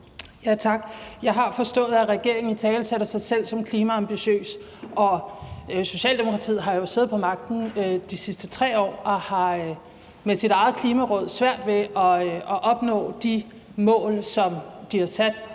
Tak. Jeg har forstået, at regeringen italesætter sig selv som klimaambitiøs, og Socialdemokratiet har jo siddet på magten de sidste 3 år og har ifølge Klimarådet svært ved at nå de mål, som de har sat.